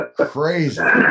Crazy